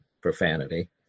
profanity